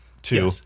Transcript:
Two